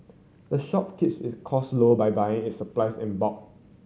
the shop keeps its cost low by buying its supplies in bulk